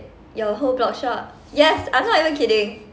your whole blogshop yes I'm not even kidding